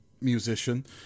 musician